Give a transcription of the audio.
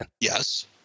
Yes